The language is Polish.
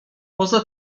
poza